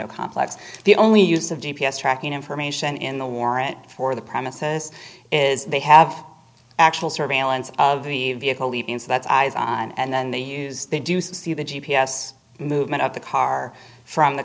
of complex the only use of g p s tracking information in the warrant for the premises is they have actual surveillance of the vehicle even so that's eyes on and then they use they do see the g p s movement of the car from the